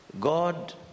God